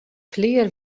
klear